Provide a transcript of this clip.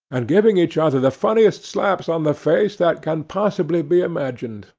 and giving each other the funniest slaps on the face that can possibly be imagined,